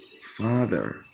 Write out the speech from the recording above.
Father